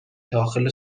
داخل